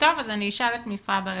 טוב, אז אשאל את משרד הרווחה.